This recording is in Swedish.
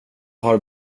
har